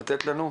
לתת לנו?